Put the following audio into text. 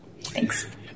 Thanks